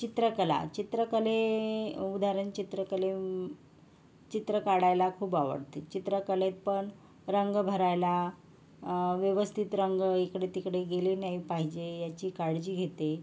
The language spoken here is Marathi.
चित्रकला चित्रकले उदाहरण चित्रकले चित्र काढायला खूप आवडते चित्रकलेत पण रंग भरायला व्यवस्थित रंग इकडेतिकडे गेले नाही पाहिजे याची काळजी घेते